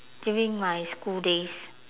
during my school days